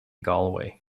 galway